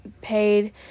paid